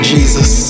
Jesus